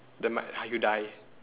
demi~ you die